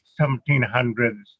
1700s